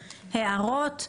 הערות,